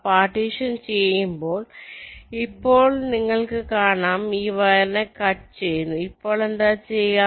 partition ചെയ്യുമ്പോൾ ഇപ്പോൾ നിങ്ങൾക്ക് കാണാം ഈ വയറിനെ കട്ട് ചെയ്യുന്നു അപ്പോൾ എന്താ ചെയ്യുക